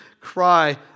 cry